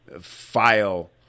file